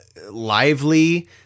lively